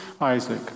Isaac